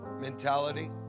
mentality